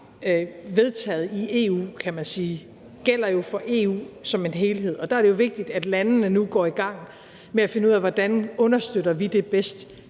vedtaget i EU, kan man sige, gælder jo for EU som en helhed, og der er det jo vigtigt, at landene nu går i gang med at finde ud af, hvordan de bedst